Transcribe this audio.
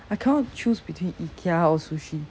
I cannot choose between ikea or sushi